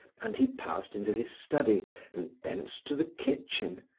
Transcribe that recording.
and he passed into his study and thence to the kitchen.